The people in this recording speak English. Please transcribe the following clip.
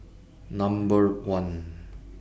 Number one